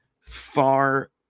far